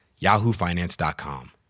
yahoofinance.com